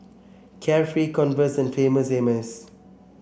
Carefree Converse and Famous Amos